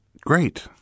Great